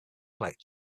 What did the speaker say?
collect